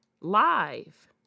live